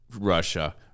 Russia